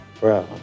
Bro